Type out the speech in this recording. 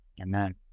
Amen